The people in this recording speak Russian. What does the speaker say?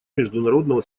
международного